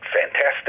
Fantastic